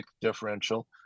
differential